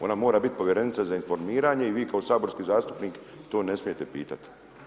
Ona mora biti povjerenica za informiranje i vi kao saborski zastupnik to ne smijete pitati.